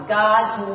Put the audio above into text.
god's